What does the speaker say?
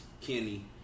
Kenny